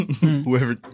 Whoever